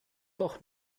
doch